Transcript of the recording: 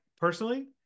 Personally